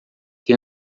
que